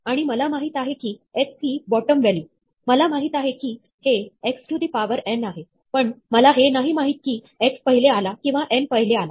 आणि मला माहिती आहे की x ही बॉटम व्हॅल्यू मला माहित आहे की हे x to the power n आहे पण मला हे नाही माहित की x पहिले आला किंवा n पहिले आला